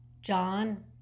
John